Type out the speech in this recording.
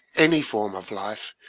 any form of life,